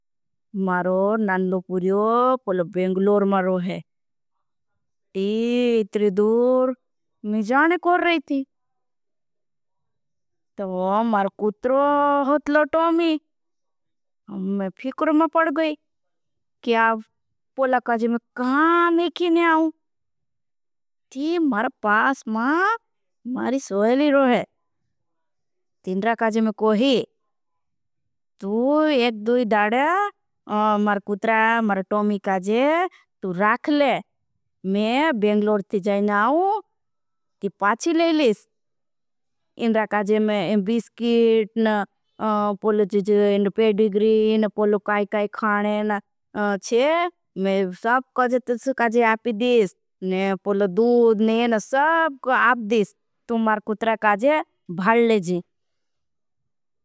मारो ननलोपुरियो पौलो बेंगलोर मा रोहे ती इतरी दूर में जाने कोर। रही थी तो मारे कुट्रो होतलो टॉमी मैं फिक्र मा पड़ गई कि आब। पौला काजे में काम ही खिने आओ ती मारे पास मा मारी सोहली। रोहे ती इतरी दूर में जाने कोर रही थी तो मारे कुट्रो होतलो टॉमी। मैं बेंगलोर में जाने काम ही खिने आओ ती पाची लेली थी इतरी। दूर में जाने काम ही खिने आओ। मैं सब काजे आपी दीश। मैं सब काजे आपी दीश। तुम मारे कुट्रो काजे भले जी।